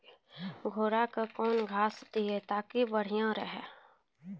घोड़ा का केन घास दिए ताकि बढ़िया रहा?